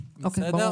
ולקיצון השני,